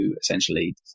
essentially